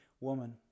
woman